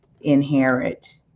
inherit